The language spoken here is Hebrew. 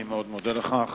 אני מאוד מודה לך.